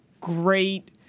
great